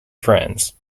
friends